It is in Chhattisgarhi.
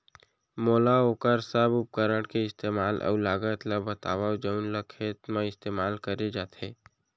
मोला वोकर सब उपकरण के इस्तेमाल अऊ लागत ल बतावव जउन ल खेत म इस्तेमाल करे जाथे?